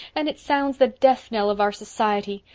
and it sounds the death knell of our society.